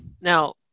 now